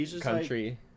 country